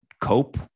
cope